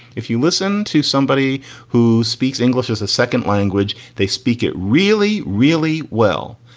if you listen to somebody who speaks english as a second language, they speak it really, really well.